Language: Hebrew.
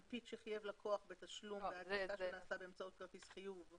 מנפיק שחייב לקוח בתשלום בעד עסקה שנעשתה באמצעות כרטיס חיוב".